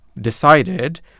decided